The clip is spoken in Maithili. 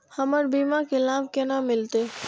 हमर बीमा के लाभ केना मिलते?